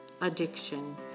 addiction